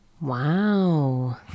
Wow